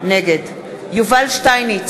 נגד יובל שטייניץ,